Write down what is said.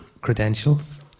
credentials